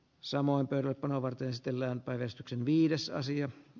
samoin perhekanava testeillä on päivystyksen viidessä asi a